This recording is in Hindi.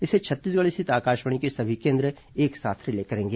इसे छत्तीसगढ़ स्थित आकाशवाणी के सभी केन्द्र एक साथ रिले करेंगे